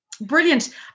Brilliant